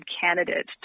candidate